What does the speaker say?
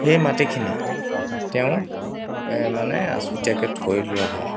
সেই মাটিখিনি তেওঁ মানে আছুতীয়াকৈ থৈ লোৱা হয়